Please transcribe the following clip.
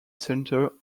centre